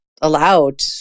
allowed